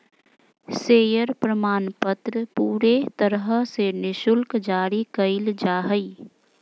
share प्रमाणपत्र पूरे तरह से निःशुल्क जारी कइल जा हइ